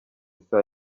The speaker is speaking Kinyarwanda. isaa